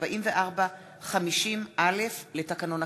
44 ו-50א לתקנון הכנסת.